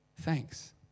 Thanks